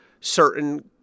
certain